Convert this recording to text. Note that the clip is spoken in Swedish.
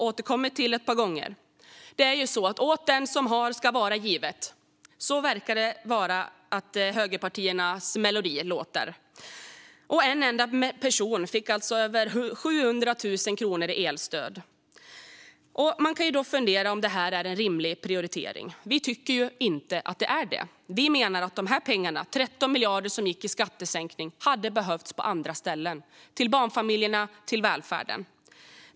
Åt den som har ska vara givet, verkar vara högerpartiernas melodi - till exempel fick en enda person över 700 000 kronor i elstöd. Man kan fundera på om regeringens prioritering är rimlig. Det tycker inte vi. Vi menar att de 13 miljarderna i skattesänkning hade behövts till barnfamiljer och välfärd.